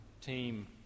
team